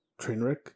Trainwreck